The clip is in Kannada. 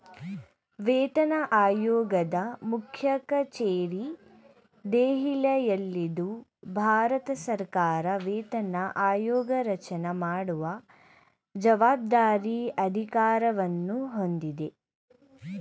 ವೇತನಆಯೋಗದ ಮುಖ್ಯಕಚೇರಿ ದೆಹಲಿಯಲ್ಲಿದ್ದು ಭಾರತಸರ್ಕಾರ ವೇತನ ಆಯೋಗರಚನೆ ಮಾಡುವ ಜವಾಬ್ದಾರಿ ಅಧಿಕಾರವನ್ನು ಹೊಂದಿದೆ